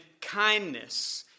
kindness